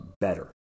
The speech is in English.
better